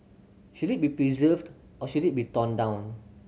should it be preserved or should it be torn down